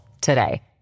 today